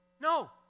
No